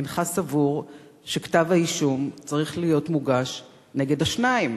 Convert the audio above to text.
אינך סבור שכתב-האישום צריך להיות מוגש נגד השניים,